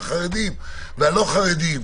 את החרדים והלא חרדים.